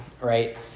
right